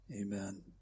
Amen